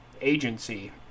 agency